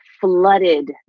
flooded